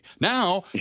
Now